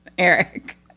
Eric